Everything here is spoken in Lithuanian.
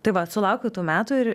tai vat sulaukiu tų metų ir